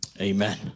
amen